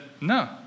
no